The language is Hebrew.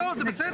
לא זה בסדר,